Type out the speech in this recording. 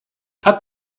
cut